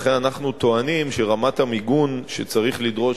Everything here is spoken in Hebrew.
לכן אנחנו טוענים שרמת המיגון שצריך לדרוש